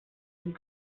dem